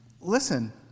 Listen